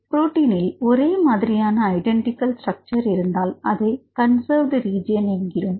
புரோட்டின்இல் ஒரே மாதிரியான identical structure இருந்தால் அதை கன்செர்வேட் ரிஜிஎன் என்கிறோம்